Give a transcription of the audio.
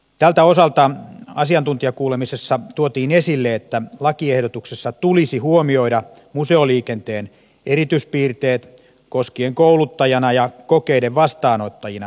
tältä osalta asiantuntijakuulemisessa tuotiin esille että lakiehdotuksessa tulisi huomioida museoliikenteen erityispiirteet koskien kouluttajana ja kokeiden vastaanottajana toimimista